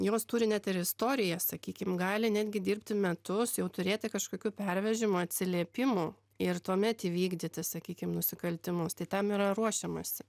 jos turi net ir istoriją sakykim gali netgi dirbti metus jau turėti kažkokių pervežimo atsiliepimų ir tuomet įvykdyti sakykim nusikaltimus tai tam yra ruošiamasi